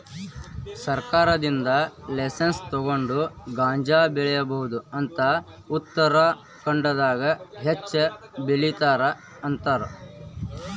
ಸರ್ಕಾರದಿಂದ ಲೈಸನ್ಸ್ ತುಗೊಂಡ ಗಾಂಜಾ ಬೆಳಿಬಹುದ ಅಂತ ಉತ್ತರಖಾಂಡದಾಗ ಹೆಚ್ಚ ಬೆಲಿತಾರ ಅಂತಾರ